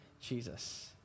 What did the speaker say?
Jesus